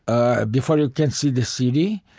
ah before you can see the city,